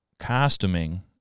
costuming